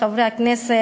חברי הכנסת,